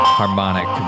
harmonic